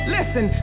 Listen